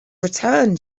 return